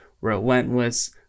relentless